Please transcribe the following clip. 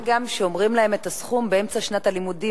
מה גם שאומרים להם את הסכום באמצע שנת הלימודים,